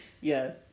Yes